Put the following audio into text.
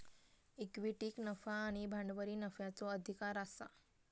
इक्विटीक नफा आणि भांडवली नफ्याचो अधिकार आसा